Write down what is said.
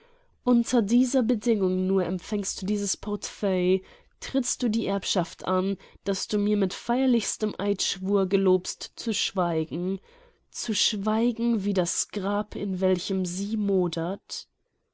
unter dieser bedingung nur empfängst du dieß portefeuille trittst du die erbschaft an daß du mir mit feierlichstem eidschwur gelobst zu schweigen zu schweigen wie das grab in welchem sie modert